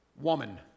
woman